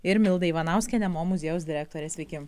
ir milda ivanauskienė mo muziejaus direktorė sveiki